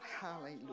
Hallelujah